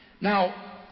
Now